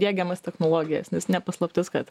diegiamas technologijas nes ne paslaptis kad